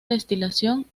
destilación